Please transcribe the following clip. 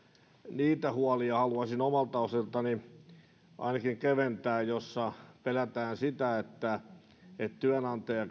niitä huolia haluaisin omalta osaltani ainakin keventää joissa pelätään sitä että työnantaja